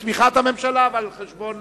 בתמיכת הממשלה אבל על חשבון